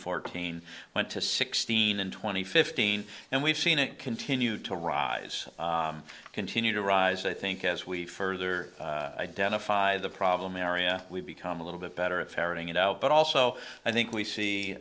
fourteen went to sixteen in twenty fifteen and we've seen it continue to rise continue to rise i think as we further identify the problem area we've become a little bit better at ferreting it out but also i think we see